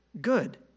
good